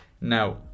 Now